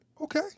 Okay